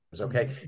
Okay